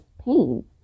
pain